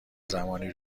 زمانی